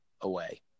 away